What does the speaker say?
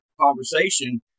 conversation